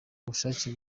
ubushake